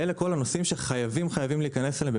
אלה כל הנושאים שחייבים להיכנס אליהם.